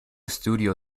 studio